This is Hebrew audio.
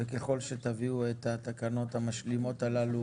ככל שתביאו את התקנות המשלימות הללו